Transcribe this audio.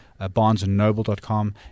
BarnesandNoble.com